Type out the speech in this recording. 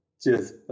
Cheers